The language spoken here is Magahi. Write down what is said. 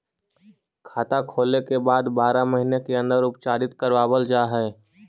खाता खोले के बाद बारह महिने के अंदर उपचारित करवावल जा है?